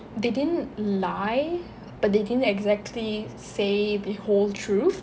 they didn't lie but they didn't exactly say the whole truth